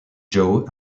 joe